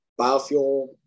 biofuel